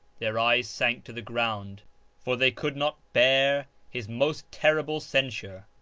their eyes sank to the ground for they could not bear his most terrible censure.